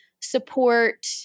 support